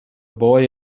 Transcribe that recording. boy